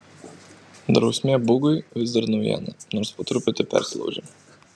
drausmė bugui vis dar naujiena nors po truputį persilaužia